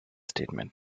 statement